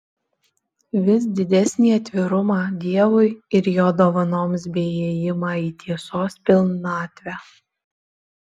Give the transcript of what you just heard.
vis didesnį atvirumą dievui ir jo dovanoms bei ėjimą į tiesos pilnatvę